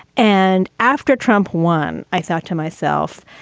and after trump won, i thought to myself,